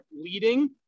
leading